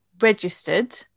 registered